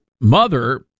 mother